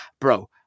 bro